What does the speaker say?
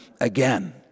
again